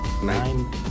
Nine